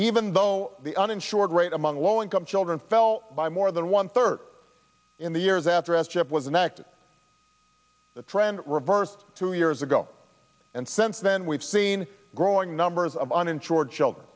even though the uninsured rate among low income children fell by more than one third in the years after s chip was enacted the trend reversed two years ago and since then we've seen growing numbers of uninsured